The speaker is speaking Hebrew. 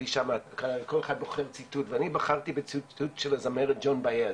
כל אחד בוחר ציטוט ואני בחרתי בציטוט של הזמרת ג'ון באאז,